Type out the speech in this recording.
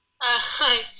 Hi